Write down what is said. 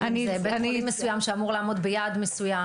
אם זה בית חולים מסוים שאמור לעמוד ביעד מסוים,